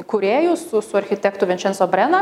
kūrėju su su architektu vinčenso brena